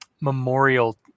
memorial